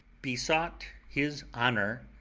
besought his honour,